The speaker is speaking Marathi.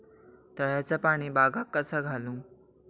तळ्याचा पाणी बागाक कसा घालू?